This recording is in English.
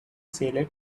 seller